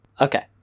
Okay